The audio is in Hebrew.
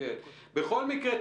בכל מקרה,